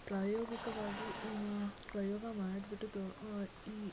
ಪ್ರಾಯೋಗಿಕವಾಗಿ ಪ್ರಯೋಗ ಮಾಡಿಬಿಟ್ಟು ತೊ ಈ